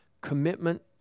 commitment